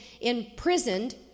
imprisoned